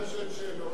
למה אתה שואל שאלות?